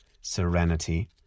serenity